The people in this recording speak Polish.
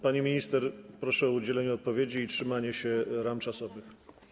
Pani minister, proszę o udzielenie odpowiedzi i o trzymanie się ram czasowych.